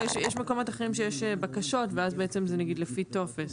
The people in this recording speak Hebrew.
יש מקומות אחרים שיש בהם בקשות, ואז זה לפי טופס.